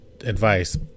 advice